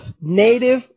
native